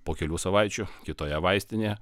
po kelių savaičių kitoje vaistinėje